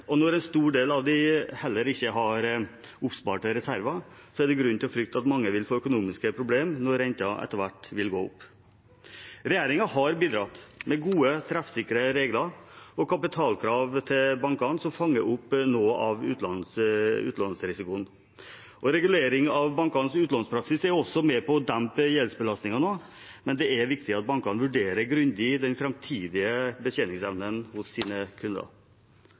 og en stor del av dem heller ikke har oppsparte reserver, er det grunn til å frykte at mange vil få økonomiske problemer når renten etter hvert vil gå opp. Regjeringen har bidratt med gode og treffsikre regler og kapitalkrav til bankene som fanger opp noe av utlånsrisikoen. Regulering av bankenes utlånspraksis er også med på å dempe gjeldsbelastningen noe, men det er viktig at bankene vurderer grundig den framtidige betjeningsevnen hos sine kunder.